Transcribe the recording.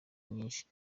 nyinshi